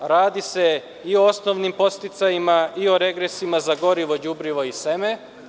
Radi se o osnovnim podsticajima i o regresima za gorivo i đubrivo i seme.